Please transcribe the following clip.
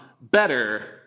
better